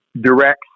direct